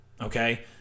okay